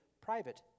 private